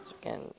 again